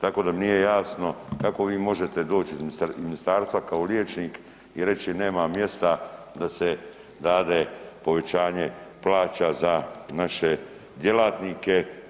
Tako da mi nije jasno kako vi možete doći iz ministarstva kao liječnik i reći nema mjesta da se rade povećanje plaća za naše djelatnike.